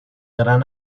gran